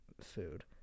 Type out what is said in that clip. food